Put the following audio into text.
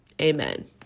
Amen